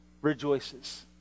rejoices